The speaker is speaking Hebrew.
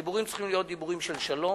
הדיבורים צריכים להיות דיבורים של שלום,